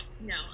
No